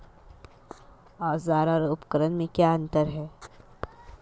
औज़ार और उपकरण में क्या अंतर है?